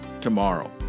tomorrow